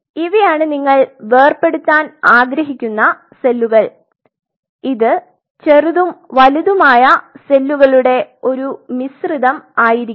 ഇവയാണ് നിങ്ങൾ വേർപെടുത്താൻ ആഗ്രഹിക്കുന്ന സെല്ലുകൾ ഇത് ചെറുതും വലുതുമായ സെല്ലുകളുടെ ഒരു മിശ്രിതം ആയിരിക്കും